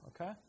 okay